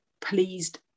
pleased